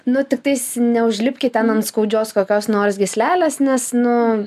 nu tiktais neužlipkit ten ant skaudžios kokios nors gyslelės nes nu